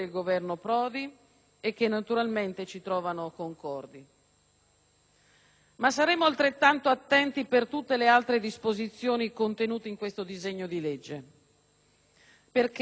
Ma saremo altrettanto attenti per tutte le altre disposizioni contenute in questo disegno di legge, perché con la copertura del generico richiamo alla sicurezza